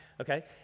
Okay